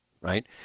right